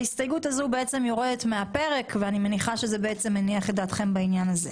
ההסתייגות הזאת יורדת מהפרק ואני מניחה שזה מניח את דעתכם בעניין הזה.